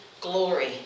glory